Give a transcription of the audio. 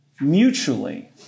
mutually